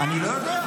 אני לא יודע.